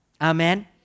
Amen